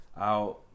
Out